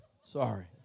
Sorry